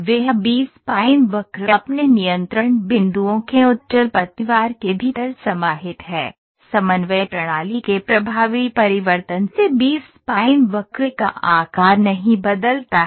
वह B spline वक्र अपने नियंत्रण बिंदुओं के उत्तल पतवार के भीतर समाहित है समन्वय प्रणाली के प्रभावी परिवर्तन से बी स्पाइन वक्र का आकार नहीं बदलता है